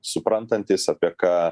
suprantantys apie ką